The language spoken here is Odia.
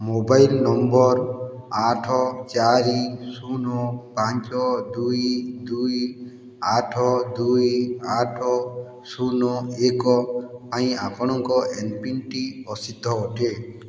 ମୋବାଇଲ୍ ନମ୍ବର୍ ଆଠ ଚାରି ଶୁନ ପାଞ୍ଚ ଦୁଇ ଦୁଇ ଆଠ ଦୁଇ ଆଠ ଶୁନ ଏକ ପାଇଁ ଆପଣଙ୍କ ଏମ୍ପିନ୍ଟି ଅସିଦ୍ଧ ଅଟେ